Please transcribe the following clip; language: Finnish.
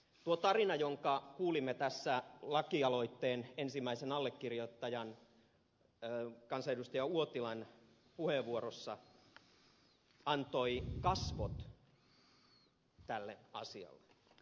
tuo tarina jonka kuulimme tässä lakialoitteen ensimmäisen allekirjoittajan kansanedustaja uotilan puheenvuorossa antoi kasvot tälle asialle